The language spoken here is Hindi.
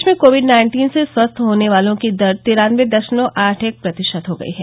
देश में कोविड नाइन्टीन से स्वस्थ होने वालों की दर तिरानबे दशमलव आठ एक प्रतिशत हो गई है